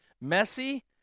messy